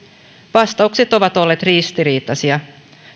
vastaukset ovat olleet ristiriitaisia